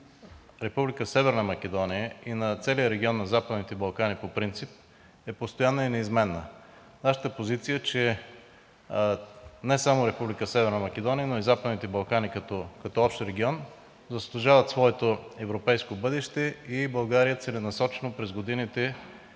Северна Македония и на целия регион на Западните Балкани по принцип е постоянна и неизменна. Нашата позиция е, че не само Република Северна Македония, но и Западните Балкани като общ регион заслужават своето европейско бъдеще и България целенасочено през годините